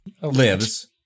lives